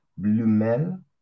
Blumel